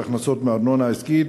בהכנסות מארנונה עסקית,